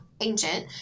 ancient